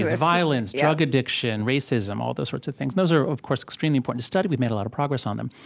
violence, drug addiction, racism, all those sorts of things. those are, of course, extremely important to study. we've made a lot of progress on them.